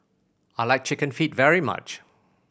I like Chicken Feet very much